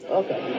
okay